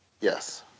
Yes